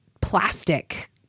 plastic